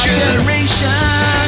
generation